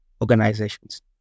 organizations